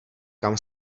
kam